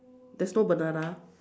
there's no banana